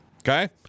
okay